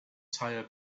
tire